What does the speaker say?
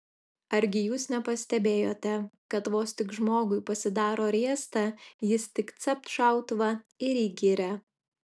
argi jūs nepastebėjote kad vos tik žmogui pasidaro riesta jis tik capt šautuvą ir į girią